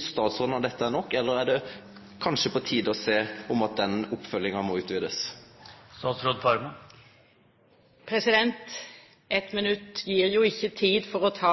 statsråden at dette er nok, eller er det kanskje på tide å sjå på om den oppfølginga må utvidast? Ett minutt gir jo ikke tid for å ta